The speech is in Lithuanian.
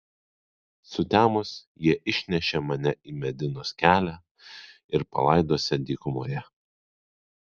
sutemus jie išnešią mane į medinos kelią ir palaidosią dykumoje